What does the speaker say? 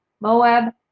Moab